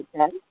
Okay